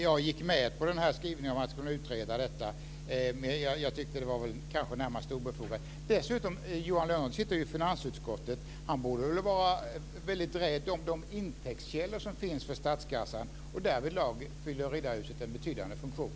Jag gick med på skrivningen om att detta kunde utredas, fastän jag närmast tyckte att det var obefogat. Dessutom sitter Johan Lönnroth i finansutskottet. Han borde vara väldigt rädd om de intäktskällor som finns för statskassan. Därvidlag fyller Riddarhuset en betydande funktion.